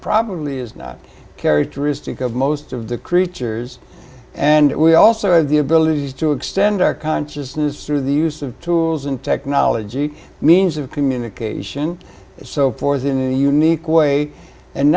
probably is not characteristic of most of the creatures and we also have the ability to extend our consciousness through the use of tools and technology means of communication so forth in the unique way and